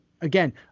again